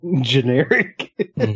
generic